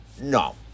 no